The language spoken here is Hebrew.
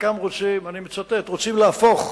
חלקם רוצים, אני מצטט, רוצים להפוך,